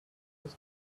this